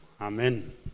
Amen